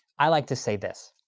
i like to say this.